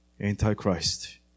Antichrist